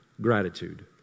gratitude